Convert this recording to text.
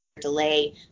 delay